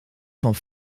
van